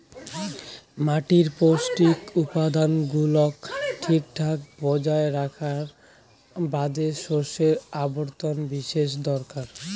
মাটির পৌষ্টিক উপাদান গুলাক ঠিকঠাক বজায় রাখার বাদে শস্যর আবর্তন বিশেষ দরকার